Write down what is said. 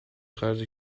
خرج